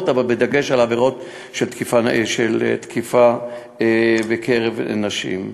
אבל בדגש על העבירות של תקיפה בקרב נשים.